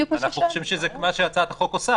אנחנו חושבים שזה מה שהצעת החוק עושה,